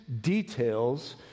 details